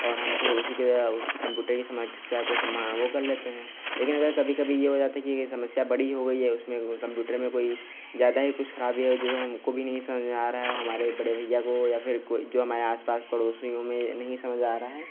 और हम फिर उसी के या उसके कम्पुटर की समस्या को वो कर लेते हैं लेकिन अगर कभी कभी ये हो जाता है कि कि समस्या बड़ी हो गई है उसमें वो कम्प्यूटर में कोई ज़्यादा ही कुछ खराबी हो जो हमको भी नहीं समझ में आ रहा है और हमारे बड़े भइया को या फिर कोई जो हमारे आस पास पड़ोसियों में नहीं समझ आ रहा है